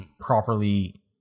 properly